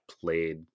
played